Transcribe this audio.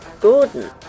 Gordon